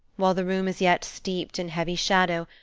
while the room is yet steeped in heavy shadow,